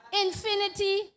Infinity